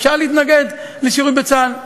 אפשר להתנגד לשירות בצה"ל.